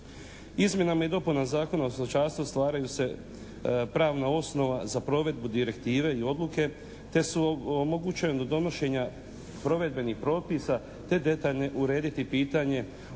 Izmjenama i dopunama Zakona o stočarstvu stvaraju se pravna osnova za provedbu direktive i odluke te su omogućena donošenja provedbenih propisa te detaljne urediti pitanje